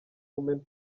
women